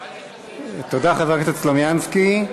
תודה, חבר הכנסת סלומינסקי.